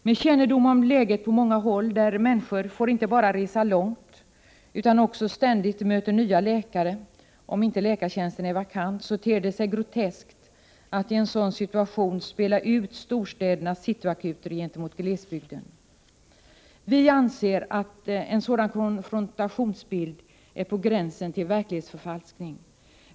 Med kännedom om läget på många håll, där människor inte bara får resa långt för att träffa läkare utan också ständigt möter nya sådana — om nu inte läkartjänsten är vakant — ter det sig i sådan situation groteskt att spela ut storstädernas cityakuter mot glesbygden. Vi anser att en sådan konfrontationsbild är på gränsen till verklighetsförfalskning.